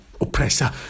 Oppressor